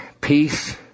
Peace